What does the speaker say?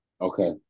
okay